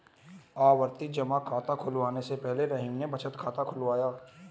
आवर्ती जमा खाता खुलवाने से पहले रहीम ने बचत खाता खुलवाया